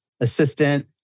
assistant